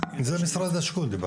משרד השיכון.